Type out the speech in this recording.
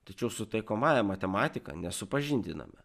tačiau su taikomąja matematika nesupažindiname